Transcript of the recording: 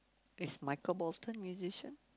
is Michael-Bolton musician